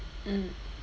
mm